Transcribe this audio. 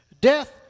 death